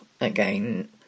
again